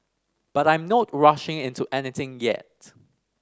but I'm not rushing into anything yet